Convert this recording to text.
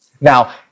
Now